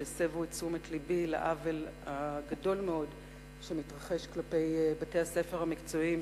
שהסבו את תשומת לבי לעוול הגדול מאוד שמתרחש כלפי בתי-הספר המקצועיים,